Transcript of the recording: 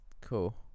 cool